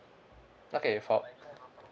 okay for